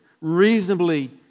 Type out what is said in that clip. reasonably